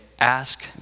ask